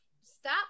Stop